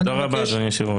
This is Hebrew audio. תודה רבה אדוני היושב ראש.